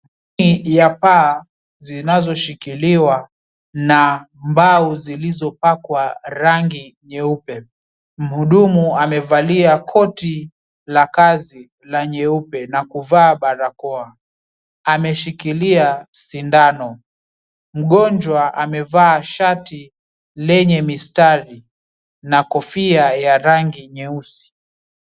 Ya paa zinazoshikiliwa na mbao zilizopakwa rangi nyeupe. Mhudumu amevalia koti la kazi la nyeupe na kuvaa barakoa, ameshikilia sindano. Mgonjwa amevaa shati lenye mistari na kofia ya rangi nyeusi.